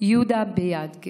יהודה ביאדגה,